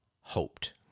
hoped